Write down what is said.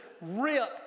rip